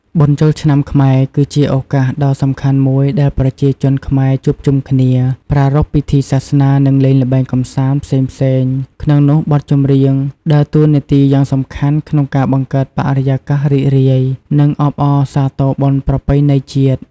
បុណ្យចូលឆ្នាំខ្មែរ គឺជាឱកាសដ៏សំខាន់មួយដែលប្រជាជនខ្មែរជួបជុំគ្នា ប្រារព្ធពិធីសាសនា និងលេងល្បែងកម្សាន្តផ្សេងៗ ក្នុងនោះ បទចម្រៀងដើរតួនាទីយ៉ាងសំខាន់ក្នុងការបង្កើតបរិយាកាសរីករាយ និងអបអរសាទរបុណ្យប្រពៃណីជាតិ។